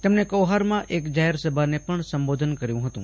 તેમણે કૌહારમાં એક જાહેરસભાને પણ સંબોધન કર્યુ હતું